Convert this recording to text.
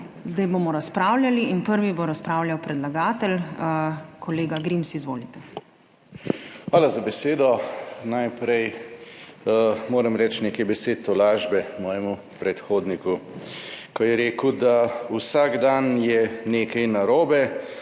zdaj bomo razpravljali in prvi bo razpravljal predlagatelj. Kolega Grims, izvolite. **MAG. BRANKO GRIMS (PS SDS):** Hvala za besedo. Najprej moram reči nekaj besed tolažbe mojemu predhodniku, ko je rekel, da vsak dan je nekaj narobe,